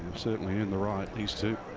certainly in the right, these two.